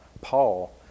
Paul